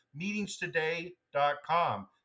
meetingstoday.com